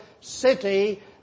city